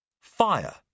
Fire